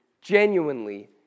genuinely